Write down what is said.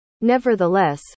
Nevertheless